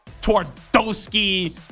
Twardowski